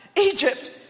Egypt